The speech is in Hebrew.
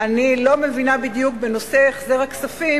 אני לא מבינה בדיוק בנושא החזר הכספים,